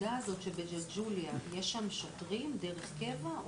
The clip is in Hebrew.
הנקודה הזאת שבג'לג'וליה, יש שם שוטרים דרך קבע?